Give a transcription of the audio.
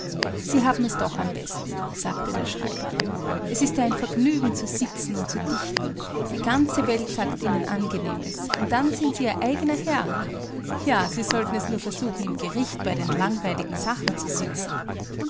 sie haben es doch am besten sagte der schreiber es ist ja ein vergnügen zu sitzen und zu dichten die ganze welt sagt ihnen angenehmes und dann sind sie ihr eigener herr ja sie sollten es nur versuchen im gericht bei den langweiligen sachen zu sitzen